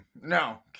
No